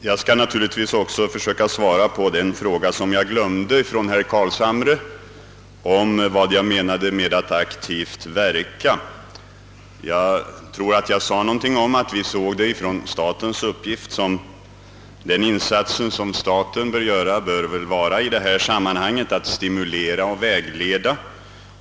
Herr talman! Jag skall givetvis också försöka svara på den fråga av herr Carlshamre som jag glömde bort, alltså frågan om vad jag menade med att »aktivt verka». Jag sade i ett tidigare inlägg att den insats som staten bör göra i detta sammanhang är att stimulera och vägleda.